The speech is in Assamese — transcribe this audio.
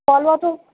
খোৱা লোৱাটো